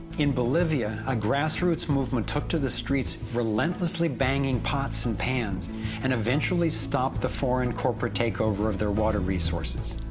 in bolivia, a grassroots movement took to the streets, relentlessly banging pots and pans and eventually stopped the foreign corporate takeover of their water resources.